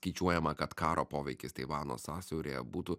skaičiuojama kad karo poveikis taivano sąsiauryje būtų